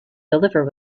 deliver